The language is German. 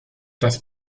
das